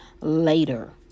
later